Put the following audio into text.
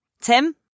Tim